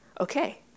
okay